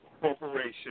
corporation